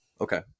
Okay